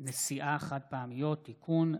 נשיאה חד-פעמיות (תיקון,